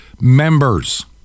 members